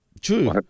True